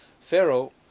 pharaoh